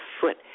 foot